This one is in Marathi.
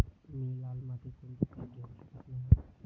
मी लाल मातीत कोणते पीक घेवू शकत नाही?